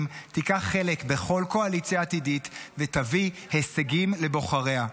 תיקח חלק בכל קואליציה עתידית ותביא הישגים לבוחריה,